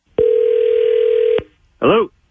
Hello